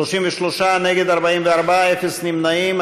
33, נגד, 44, אין נמנעים.